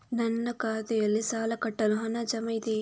ನನ್ನ ಖಾತೆಯಲ್ಲಿ ಸಾಲ ಕಟ್ಟಲು ಹಣ ಜಮಾ ಇದೆಯೇ?